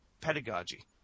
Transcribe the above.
pedagogy